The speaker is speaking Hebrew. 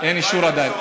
אין אישור עדיין.